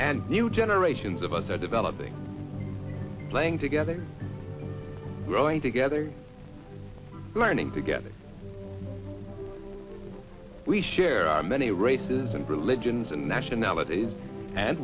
and new generations of us are developing playing together growing together learning together we share our many races and religions and nationalities and